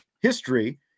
history